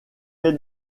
est